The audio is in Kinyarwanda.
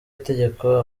itegeko